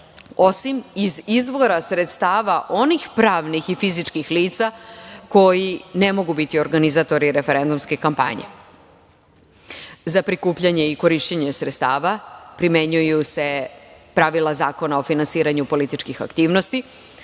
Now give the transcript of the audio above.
osim izvora sredstava onih pravnih i fizičkih lica koji ne mogu biti organizatori referendumske kampanje.Za prikupljanje i korišćenje sredstava primenjuju se pravila Zakona o finansiranju političkih aktivnosti,